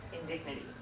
indignity